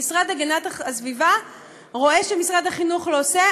המשרד להגנת הסביבה רואה שמשרד החינוך לא עושה,